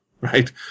right